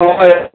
हय